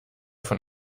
von